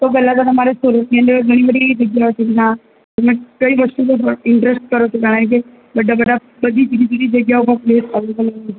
તો પહેલાં તો તમારે સુરતની અંદર ઘણી બધી જગ્યાઓ છે જ્યાં તમે કઈ વસ્તુનો ઇંટ્રેસ્ટ કરો છો કારણકે બધા બધી જુદી જુદી જગ્યાઓ પર પ્લેસ અવલેબલ છે